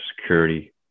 security